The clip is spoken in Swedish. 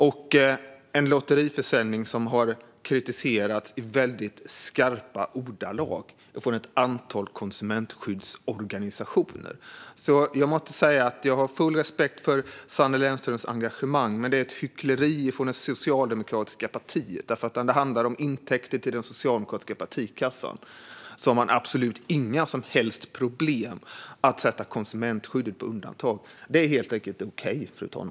Det är en lotteriförsäljning som har kritiserats i väldigt skarpa ordalag och från ett antal konsumentskyddsorganisationer. Jag måste säga att jag har full respekt för Sanne Lennströms engagemang, men det är ett hyckleri från det socialdemokratiska partiet. När det handlar om intäkter till den socialdemokratiska partikassan har man absolut inga som helst problem med att sätta konsumentskyddet på undantag. Det tycks helt enkelt vara okej, fru talman.